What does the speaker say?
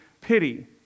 pity